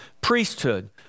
priesthood